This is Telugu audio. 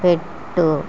పెట్టు